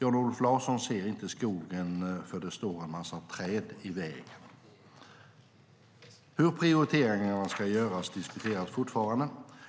Jan-Olof Larsson ser inte skogen, för det står en massa träd i vägen. Hur prioriteringarna ska göras diskuteras fortfarande